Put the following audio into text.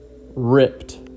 ripped